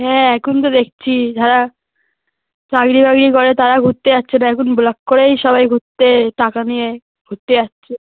হ্যাঁ এখন তো দখছি যারা চাকরি বাকরি করে তারা ঘুরতে যাচ্ছে তা এখন ভ্লগ করেই সবাই ঘুরতে টাকা নিয়ে ঘুরতে যাচ্ছে